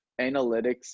analytics